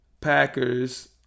Packers